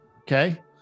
Okay